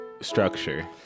structure